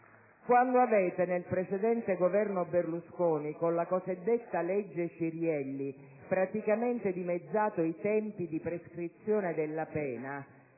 Quando, nel precedente Governo Berlusconi, con la cosiddetta legge Cirielli avete praticamente dimezzato i tempi di prescrizione del reato,